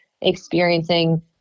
experiencing